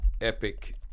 epic